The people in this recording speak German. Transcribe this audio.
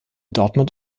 dortmund